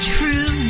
True